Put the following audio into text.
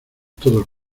todos